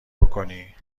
بکنی